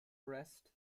brest